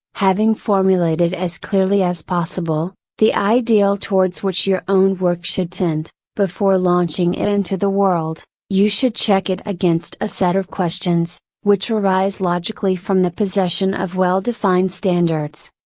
having formulated as clearly as possible, the ideal towards which your own work should tend, before launching it into the world, you should check it against a set of questions, which arise logically from the possession of well defined standards.